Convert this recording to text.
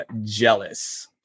jealous